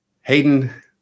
Hayden